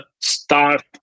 start